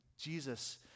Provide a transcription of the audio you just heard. Jesus